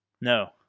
No